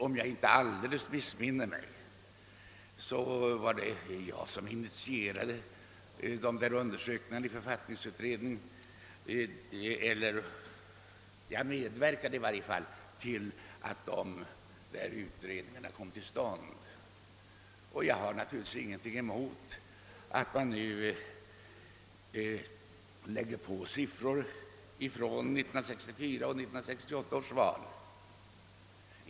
Om jag inte alldeles missminner mig var det jag som initierade dessa undersökningar i författningsutredningen — i varje fall medverkade jag till att de kom till stånd. Jag har naturligtvis ingenting emot att det nu sammanställs siffror också från 1964 och 1968 års val.